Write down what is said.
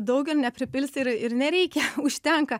daug ir nepripilsi ir ir nereikia užtenka